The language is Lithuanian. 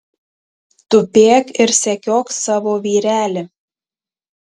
tupėk ir sekiok savo vyrelį